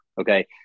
Okay